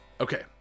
Okay